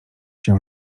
się